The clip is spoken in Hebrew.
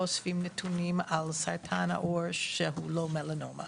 אוספים נתונים על סרטן העור שהוא לא מלנומה